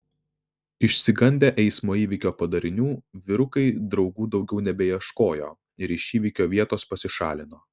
išsigandę eismo įvykio padarinių vyrukai draugų daugiau nebeieškojo ir iš įvykio vietos pasišalino